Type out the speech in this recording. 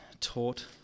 taught